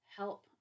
help